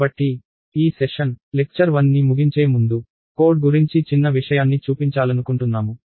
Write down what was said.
కాబకాబట్టి ఈ session lecture 1ని ముగించే ముందు కోడ్ గురించి చిన్న విషయాన్ని చూపించాలనుకుంటున్నాము